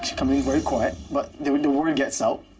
she comes in very quiet, but the word the word gets out.